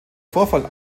vorfall